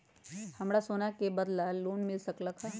हमरा सोना के बदला में लोन मिल सकलक ह?